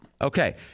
Okay